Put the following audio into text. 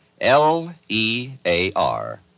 L-E-A-R